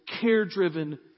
care-driven